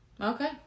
okay